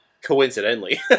Coincidentally